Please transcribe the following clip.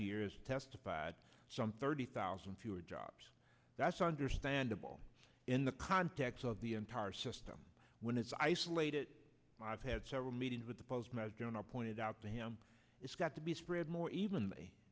year as testified some thirty thousand fewer jobs that's understandable in the context of the entire system when it's isolated i've had several meetings with the postmaster and are pointed out to him it's got to be spread more